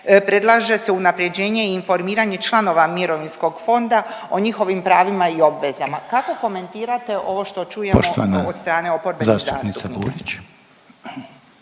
predlaže se unaprjeđenje i informiranje članova mirovinskog fonda o njihovim pravima i obvezama. Kako komentirate ovo što čujemo od strane oporbenih zastupnika?